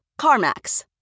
CarMax